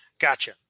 gotcha